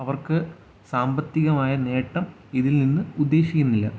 അവർക്ക് സാമ്പത്തികമായ നേട്ടം ഇതിൽ നിന്ന് ഉദ്ദേശിക്കുന്നില്ല